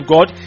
God